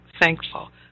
thankful